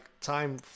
time